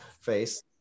face